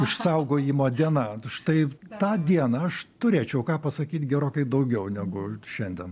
išsaugojimo diena štai tą dieną aš turėčiau ką pasakyti gerokai daugiau negu šiandien